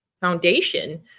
foundation